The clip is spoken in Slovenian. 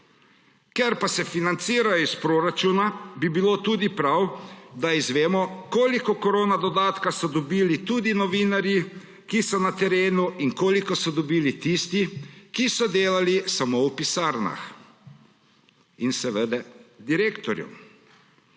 Ker pa se financirajo iz proračuna bi bilo tudi prav, da izvemo koliko korona dodatka so dobili tudi novinarji, ki so na terenu in koliko so dobili tisti, ki so delali samo v pisarnah. In seveda direktorju.